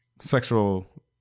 sexual